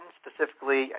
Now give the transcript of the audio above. specifically